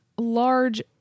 large